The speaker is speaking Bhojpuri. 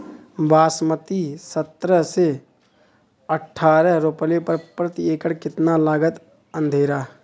बासमती सत्रह से अठारह रोपले पर प्रति एकड़ कितना लागत अंधेरा?